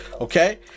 Okay